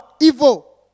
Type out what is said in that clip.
evil